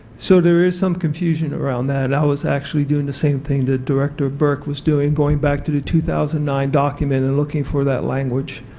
so there is some confusion around that, i was actually doing the same thing that director burke was doing, going back to the two thousand and nine document and looking for that language.